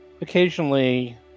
occasionally